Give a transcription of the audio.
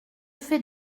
fais